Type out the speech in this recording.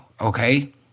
okay